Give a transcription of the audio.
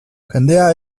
jendea